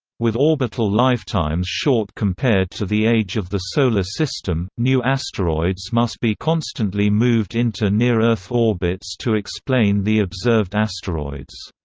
with orbital lifetimes short compared to the age of the solar system, system, new asteroids must be constantly moved into near-earth orbits to explain the observed asteroids.